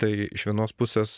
tai iš vienos pusės